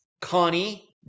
Connie